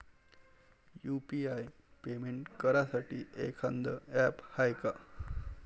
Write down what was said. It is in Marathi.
यू.पी.आय पेमेंट करासाठी एखांद ॲप हाय का?